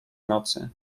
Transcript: nocy